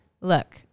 Look